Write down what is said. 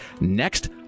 next